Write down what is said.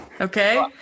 Okay